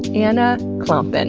anna klompen.